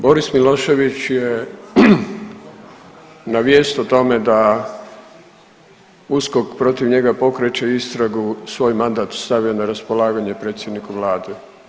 Boris Milošević je na vijest o tome da USKOK protiv njega pokreće istragu svoj mandat stavio na raspolaganje predsjedniku Vlade.